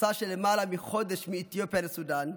מסע של למעלה מחודש מאתיופיה לסודאן,